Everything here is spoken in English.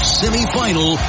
semifinal